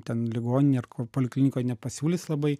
ten ligoninėj ar ko poliklinikoj nepasiūlys labai